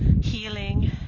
healing